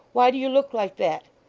why do you look like that?